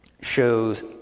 shows